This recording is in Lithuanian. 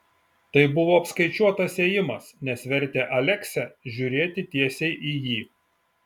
tai buvo apskaičiuotas ėjimas nes vertė aleksę žiūrėti tiesiai į jį